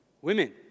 Women